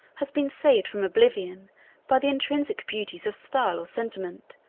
has been saved from oblivion by the intrinsic beauties of style or sentiment,